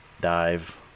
dive